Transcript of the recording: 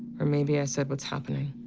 or maybe i said, what's happening